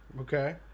Okay